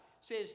says